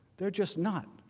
they are just not.